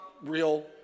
real